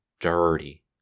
dirty